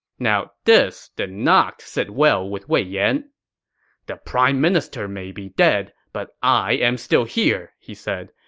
now this did not sit well with wei yan the prime minister may be dead, but i am still here, he said.